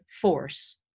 force